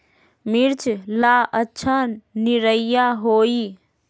मिर्च ला अच्छा निरैया होई?